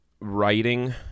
writing